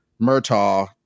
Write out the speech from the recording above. Murtaugh